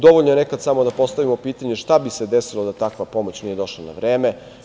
Dovoljno je nekada samo da postavimo pitanje – šta bi se desilo da takva pomoć nije došla na vreme?